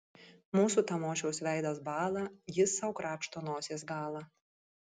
mūsų tamošiaus veidas bąla jis sau krapšto nosies galą